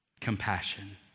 Compassion